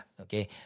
okay